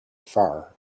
far